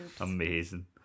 amazing